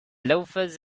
loafers